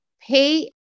pay